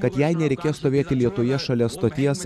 kad jai nereikės stovėti lietuje šalia stoties